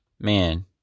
man